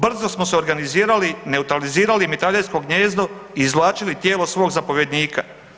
Brzo smo se organizirali, neutralizirali mitraljesko gnijezdo i izvlačili tijelo svog zapovjednika.